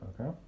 Okay